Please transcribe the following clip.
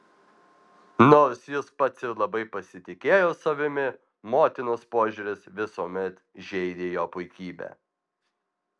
nors jis pats ir labai pasitikėjo savimi motinos požiūris visuomet žeidė jo puikybę